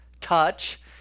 touch